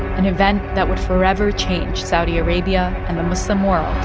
an event that would forever change saudi arabia and the muslim world,